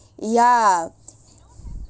ya